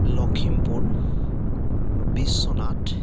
Lakhimpur Biswanath